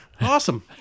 awesome